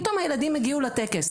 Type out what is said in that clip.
פתאום הילדים הגיעו לטקס.